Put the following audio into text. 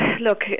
look